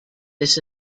this